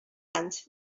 anys